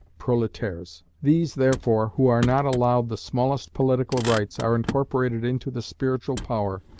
proletaires. these, therefore, who are not allowed the smallest political rights, are incorporated into the spiritual power,